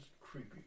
creepy